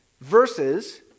versus